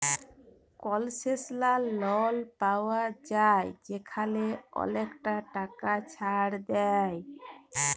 কলসেশলাল লল পাউয়া যায় যেখালে অলেকটা টাকা ছাড় দেয়